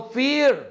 fear